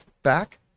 back